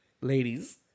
Ladies